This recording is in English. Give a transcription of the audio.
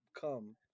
come